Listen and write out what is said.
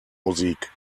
musik